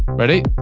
ready.